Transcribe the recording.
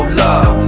love